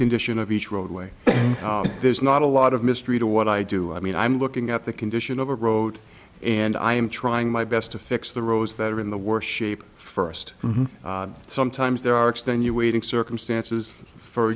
condition of each roadway there's not a lot of mystery to what i do i mean i'm looking at the condition of a road and i am trying my best to fix the roads that are in the worst shape first sometimes there are extenuating circumstances for